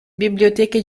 biblioteche